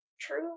true